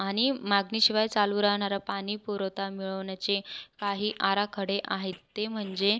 आणि मागणीशिवाय चालू राहणारा पाणी पुरवठा मिळवण्याचे काही आराखडे आहेत ते म्हणजे